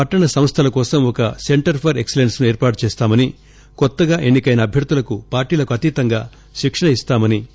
పట్టణ సంస్థల కోసం ఒక సెంటర్ ఫర్ ఎక్సలెస్స్ ను ఏర్పాటు చేస్తామని కొత్తగా ఎన్నికైన అభ్యర్థులకు పార్టీలకతీతంగా శిక్షణ ఇస్తామని కె